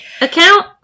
account